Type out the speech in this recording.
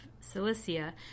Cilicia